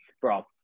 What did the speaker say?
bro